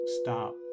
Stop